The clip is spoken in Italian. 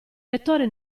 lettore